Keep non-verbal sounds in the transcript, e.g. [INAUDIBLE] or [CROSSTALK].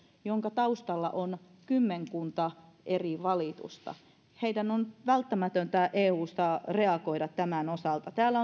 jonka taustalla on kymmenkunta eri valitusta heidän on välttämätöntä eusta reagoida tämän osalta täällä [UNINTELLIGIBLE]